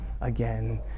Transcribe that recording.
again